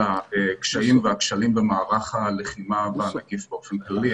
הקשיים והכשלים במערך הלחימה בנגיף באופן כללי,